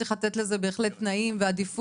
צריך בהחלט לתת לזה תנאים ועדיפות.